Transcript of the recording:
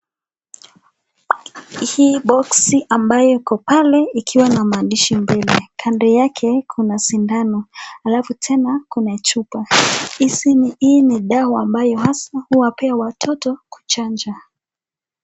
Hii boksi ambayo iko pale ikiwa na maandishi mbili kando yake kuna sindano alafu tena kuna chupa. Hii dawa ambayo hasaa huwapea watoto kuchanja.